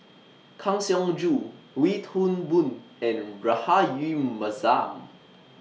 Kang Siong Joo Wee Toon Boon and Rahayu Mahzam